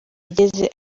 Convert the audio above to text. ageze